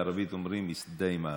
בערבית אומרים: (אומר דברים במרוקנית.)